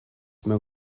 mewn